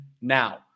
now